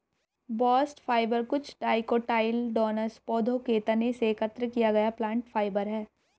bast fibre कुछ dicotyledonous पौधों के तने से एकत्र किया गया प्लांट फाइबर है